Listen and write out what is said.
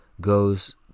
goes